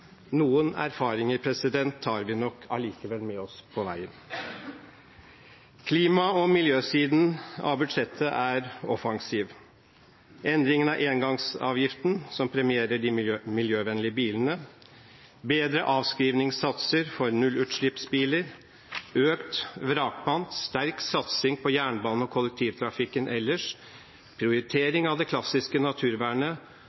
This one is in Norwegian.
Noen erfaringer tar vi nok allikevel med oss på veien. Klima- og miljøsiden av budsjettet er offensiv: endringen av engangsavgiften, som premierer de miljøvennlige bilene, bedre avskrivingssatser for nullutslippsbiler, økt vrakpant, sterk satsing på jernbane og kollektivtrafikken ellers,